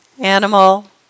animal